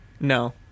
No